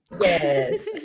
Yes